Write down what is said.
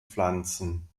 pflanzen